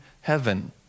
heaven